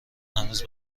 هنوز